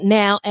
now